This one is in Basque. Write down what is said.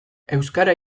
euskara